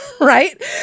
right